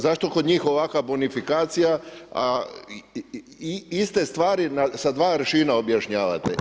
Zašto kod njih ovakva bonifikacija a iste stvari sa dva aršina objašnjavate.